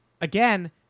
again